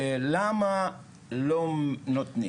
למה לא נותנים.